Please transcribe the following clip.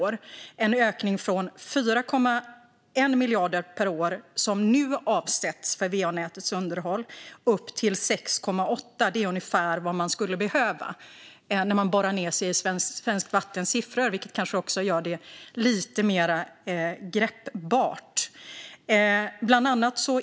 Det är en ökning från 4,1 miljarder per år som nu avsätts för va-nätets underhåll till 6,8 miljarder, vilket kanske gör det lite mer greppbart.